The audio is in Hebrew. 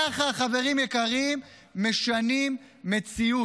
כך, חברים יקרים, משנים מציאות.